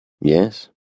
Yes